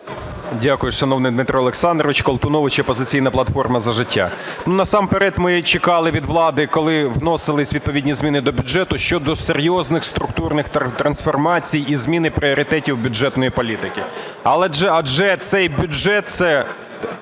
Дякую, шановний Дмитро Олександрович. Колтунович, "Опозиційна платформа – За життя". Насамперед ми чекали від влади, коли вносились відповідні зміни до бюджету, щодо серйозних структурних трансформацій і зміни пріоритетів бюджетної політики. Адже це бюджет – це